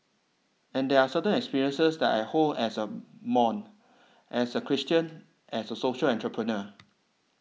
and there are certain experiences that I hold as a mom as a Christian as a social entrepreneur